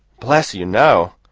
bless you, no!